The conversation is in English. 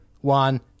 one